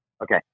Okay